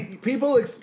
People